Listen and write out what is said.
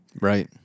Right